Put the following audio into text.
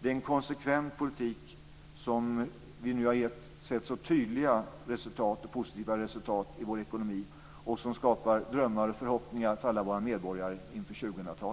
Det är en konsekvent politik som vi nu har sett så tydliga positiva resultat av i vår ekonomi och som skapar drömmar och förhoppningar för alla våra medborgare inför 2000-talet.